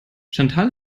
chantal